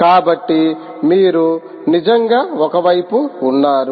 కాబట్టి మీరు నిజంగా ఒక వైపు ఉన్నారు